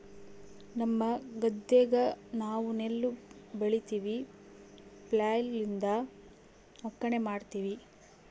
ನಮ್ಮ ಗದ್ದೆಗ ನಾವು ನೆಲ್ಲು ಬೆಳಿತಿವಿ, ಫ್ಲ್ಯಾಯ್ಲ್ ಲಿಂದ ಒಕ್ಕಣೆ ಮಾಡ್ತಿವಿ